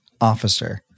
officer